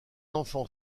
enfant